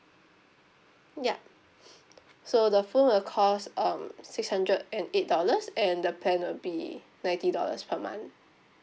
ya so the phone will cost um six hundred and eight dollars and the plan will be ninety dollars per month